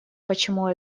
почему